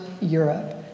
Europe